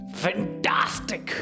fantastic